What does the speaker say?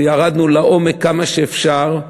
וירדנו לעומק כמה שאפשר,